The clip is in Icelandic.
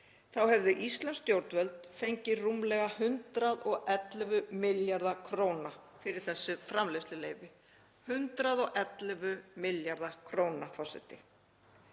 þá hefðu íslensk stjórnvöld fengið rúmlega 111 milljarða kr. fyrir þessi framleiðsluleyfi. 111 milljarða kr., forseti.